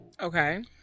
Okay